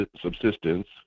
subsistence